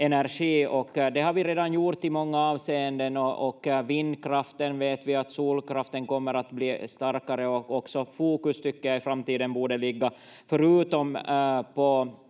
energi, och det har vi redan gjort i många avseenden. Vi vet att vindkraften och solkraften kommer att bli starkare och fokus borde, tycker jag, i framtiden ligga förutom på